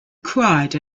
cried